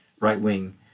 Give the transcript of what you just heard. right-wing